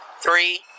three